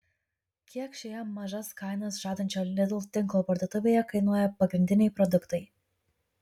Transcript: kiek šioje mažas kainas žadančio lidl tinklo parduotuvėje kainuoja pagrindiniai produktai